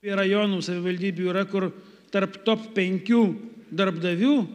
ir rajonų savivaldybių yra kur tarp top penkių darbdavių